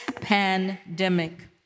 pandemic